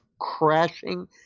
crashing